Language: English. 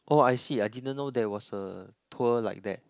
oh I see I didn't know there was a tour like that